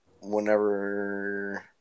whenever